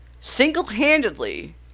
single-handedly